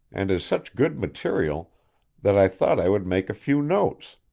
and is such good material that i thought i would make a few notes.